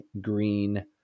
green